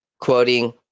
quoting